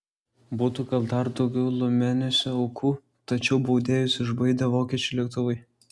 būtų gal dar daugiau lomeniuose aukų tačiau baudėjus išbaidė vokiečių lėktuvai